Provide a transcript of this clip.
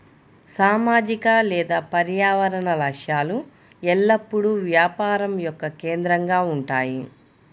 సామాజిక లేదా పర్యావరణ లక్ష్యాలు ఎల్లప్పుడూ వ్యాపారం యొక్క కేంద్రంగా ఉంటాయి